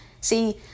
See